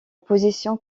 position